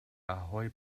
ahoi